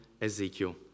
Ezekiel